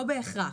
לא בהכרח.